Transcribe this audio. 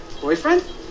Boyfriend